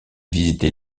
visiter